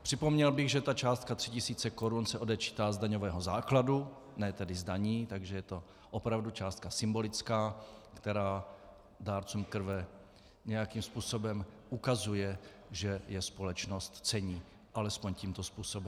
Připomněl bych, že částka 3 tisíce korun se odečítá z daňového základu, ne tedy z daní, takže je to opravdu částka symbolická, která dárcům krve nějakým způsobem ukazuje, že je společnost cení alespoň tímto způsobem.